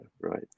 right